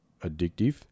addictive